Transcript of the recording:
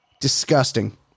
Disgusting